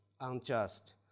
unjust